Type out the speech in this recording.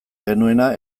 genuena